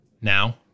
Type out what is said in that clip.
Now